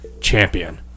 champion